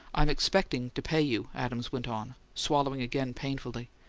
i'm expecting to pay you, adams went on, swallowing again, painfully.